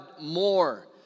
more